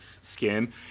skin